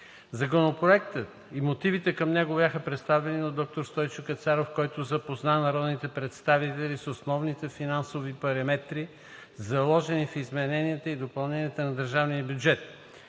Законопроектът и мотивите към него бяха представени от доктор Стойчо Кацаров, който запозна народните представители с основните финансови параметри, заложени в измененията и допълненията на държавния бюджет.